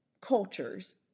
cultures